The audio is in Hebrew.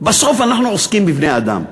בסוף אנחנו עוסקים בבני-אדם.